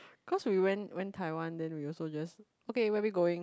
cause we went went Taiwan then we also just okay where're we going